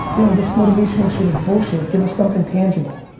you know this motivational shit is bullshit, give us something tangible.